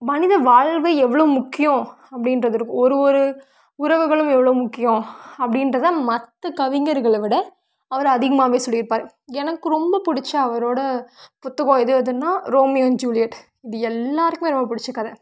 மனித வாழ்வு எவ்வளோ முக்கியம் அப்படின்றது இருக்கும் ஒரு ஒரு உறவுகளும் எவ்வளோ முக்கியம் அப்படின்றத மற்ற கவிஞர்களை விட அவர் அதிகமாகவே சொல்லிருப்பார் எனக்கு ரொம்ப பிடிச்ச அவரோட புத்தகம் எது அதுன்னா ரோமியோ ஜூலியட் இது எல்லோருக்குமே ரொம்ப பிடிச்ச கதை